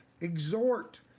exhort